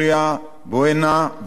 בועינה ונצרת.